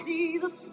Jesus